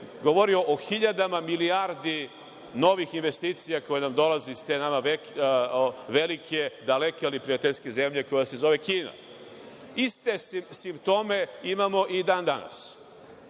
govorio o hiljadama milijardi novih investicija koje nam dolaze iz te nama velike, daleke, prijateljske zemlje koja se zove Kina. Iste simptome imamo i dan-danas.